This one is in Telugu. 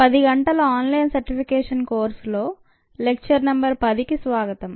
10 గంటల ఆన్లైన్ సర్టిఫికెట్ కోర్సులో లెక్చర్ నంబర్ 10కి స్వాగతం